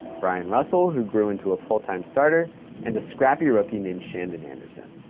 bryon russell, who grew into a full-time starter and a scrappy rookie named shandon anderson.